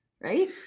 Right